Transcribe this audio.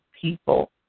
people